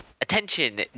Attention